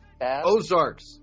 Ozarks